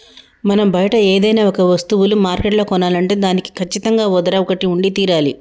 మనం బయట ఏదైనా ఒక వస్తువులు మార్కెట్లో కొనాలంటే దానికి కచ్చితంగా ఓ ధర ఒకటి ఉండి తీరాలి